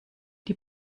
die